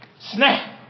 snap